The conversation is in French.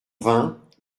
vingt